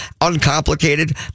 uncomplicated